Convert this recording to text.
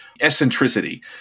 eccentricity